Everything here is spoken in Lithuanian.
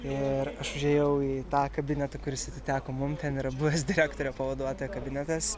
ir aš užėjau į tą kabinetą kuris atiteko mum ten yra buvęs direktoriaus pavaduotojo kabinetas